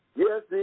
yes